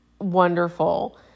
wonderful